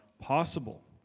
possible